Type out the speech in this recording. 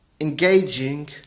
Engaging